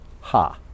ha